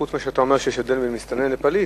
חוץ מזה שאתה אומר שיש הבדל בין מסתנן לפליט.